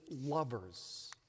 lovers